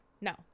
no